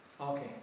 Okay